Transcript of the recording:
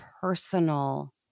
personal